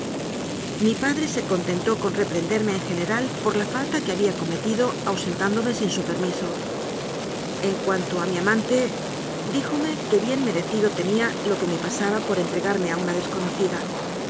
mi padre se contentó con reprenderme en general por la falta que había cometido ausen tándome sin su permiso en cuanto a mi amante di jome que bien merecido tenía lo que me pasaba por entregarme a una desconocida